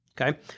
okay